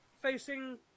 facing